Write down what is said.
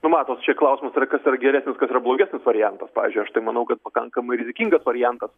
nu matot čia klausimas yra kas yra geresnis kas yra blogesnis variantas pavyzdžiui aš tai manau kad pakankamai rizikingas variantas